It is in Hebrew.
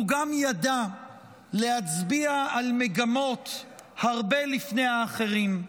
והוא גם ידע להצביע על מגמות הרבה לפני האחרים.